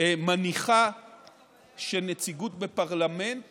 מניחה שנציגות בפרלמנט